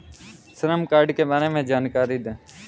श्रम कार्ड के बारे में जानकारी दें?